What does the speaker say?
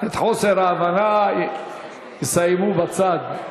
את חוסר ההבנה יסיימו בצד,